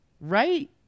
Right